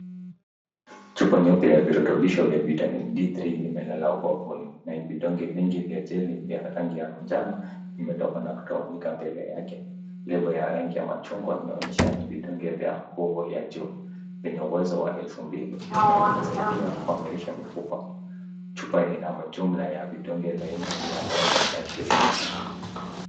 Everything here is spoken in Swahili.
Chupa nyepesi ya virotubisho vya vitamini D3 imelala ubavuni na hivi donge vingi vya jeli vya rangi ya manjano vimetoka na kutawanyika mbele yake. Lebo ya rangi ya machungwa inaonyesha ni vidonge vya nguvu ya juu vyenye uwezo wa 2000 na vinasaidia kuimarisha mifupa. Chupa ina majumla ya vidonge laini 120.